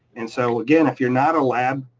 and so again if you're not a lab,